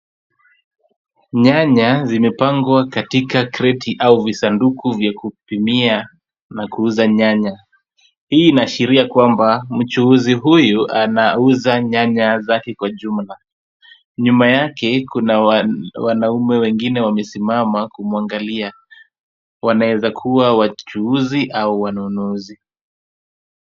Nyanya zimepangwa katika crate au visanduku vya kupimia na kuuza nyanya. Hii inaashiria kwamba muchuuzi huyu anauza nyanya zake kwa jumla. Nyuma yake kuna wanaume wengine wamesimama kumwangalia. Wanaweza kuwa wachuuzi au wanunuzi.